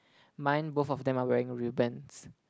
mine both of them are wearing ribbons